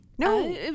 No